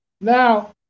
Now